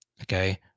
Okay